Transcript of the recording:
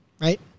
right